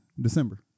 December